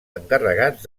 encarregats